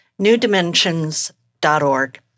newdimensions.org